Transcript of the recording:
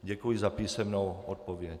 Děkuji za písemnou odpověď.